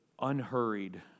unhurried